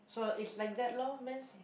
so is like that lor means